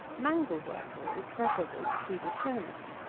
mangel wurzel is preferable to swedish turnips,